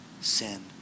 sin